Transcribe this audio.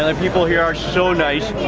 ah um people here are so nice,